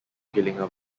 gillingham